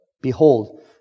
behold